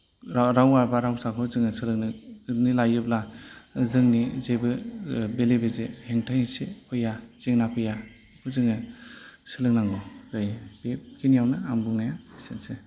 रावआ बा रावसाखौ जोङो सोलोंनानै लायोब्ला जोंनि जेबो बेलेबेजे हेंथा हेंसि फैया जोंना फैया बेखौ जोङो सोलोंनांगौ जायो बेखिनियावनो आं बुंनाया एसेनोसै